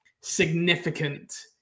significant